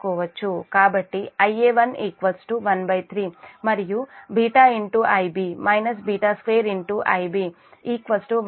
కాబట్టి Ia1 13 మరియు then β Ib β2 Ib 13 β β2 Ib